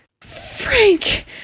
Frank